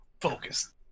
focus